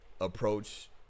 approach